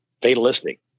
fatalistic